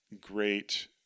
great